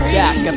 back